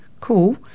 Cool